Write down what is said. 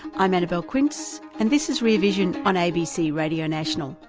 i'm annabelle quince and this is rear vision on abc radio national.